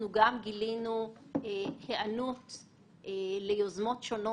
אנחנו גם ניסינו לחתור אליה במסגרת ועדת שטרום.